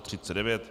39.